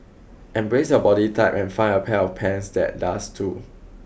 embrace your body type and find a pair of pants that does too